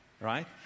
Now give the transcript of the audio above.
Right